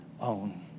own